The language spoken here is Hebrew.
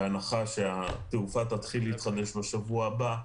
בהנחה שהתעופה תתחיל להתחדש בשבוע הבא,